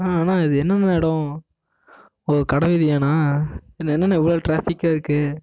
ஆ அண்ணா இது என்னண்ணா இடம் ஓ கடை வீதியாணா இங்கே என்னண்ணா இவ்ளோ ட்ராஃபிக்காக இருக்குது